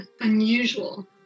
unusual